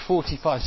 45